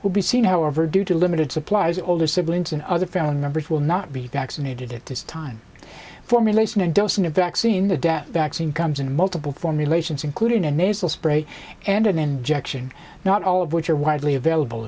will be seen however due to limited supplies older siblings and other family members will not be vaccinated at this time formulation and dosing a vaccine the death vaccine comes in multiple formulations including a nasal spray and an injection not all of which are widely available